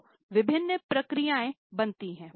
तो विभिन्न प्रक्रियाएं बनती हैं